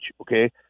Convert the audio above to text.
okay